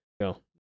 Go